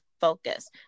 focus